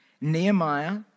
Nehemiah